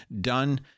done